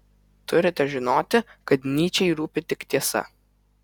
turite žinoti kad nyčei rūpi tik tiesa